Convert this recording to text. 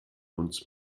uns